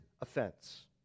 offense